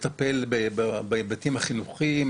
לטפל בהיבטים החינוכיים,